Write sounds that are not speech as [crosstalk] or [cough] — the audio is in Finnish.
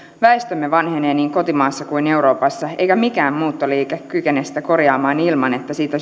väestömme vanhenee niin niin kotimaassa kuin euroopassa eikä mikään muuttoliike kykene sitä korjaamaan ilman että siitä [unintelligible]